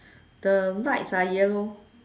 the lights are yellow